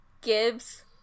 Gibbs